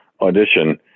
audition